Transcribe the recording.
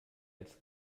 als